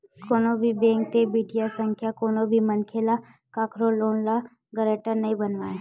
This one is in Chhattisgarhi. कोनो भी बेंक ते बित्तीय संस्था कोनो भी मनखे ल कखरो लोन के गारंटर नइ बनावय